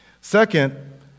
Second